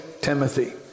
Timothy